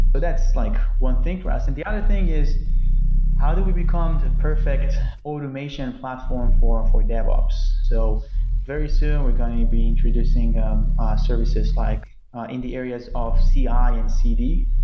that's like one thing for us. and the other thing is how do we become the perfect automation platform for for dev ops. so very soon, we're going to be introducing um ah services like in the areas of ci ah and cd.